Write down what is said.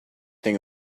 thing